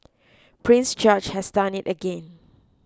Prince George has done it again